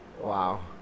Wow